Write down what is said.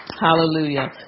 Hallelujah